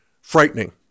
frightening